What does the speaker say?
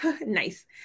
Nice